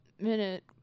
Minute